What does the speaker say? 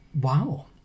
Wow